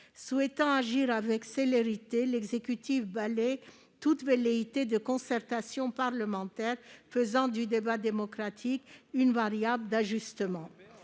Souhaitant agir avec célérité, il balaie toute velléité de concertation parlementaire, faisant du débat démocratique une variable d'ajustement.